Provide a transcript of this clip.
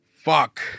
fuck